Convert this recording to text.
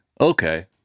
okay